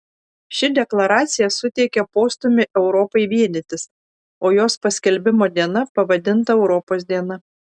ši deklaracija suteikė postūmį europai vienytis o jos paskelbimo diena pavadinta europos diena